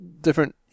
different